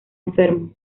enfermo